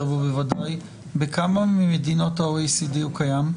בכמה מדינות ה-OECD הוא קיים?